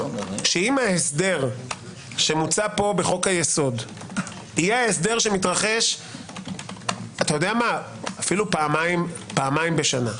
שאם ההסדר שמוצע פה בחוק היסוד יהיה זה שמתרחש אפילו פעמיים בשנה,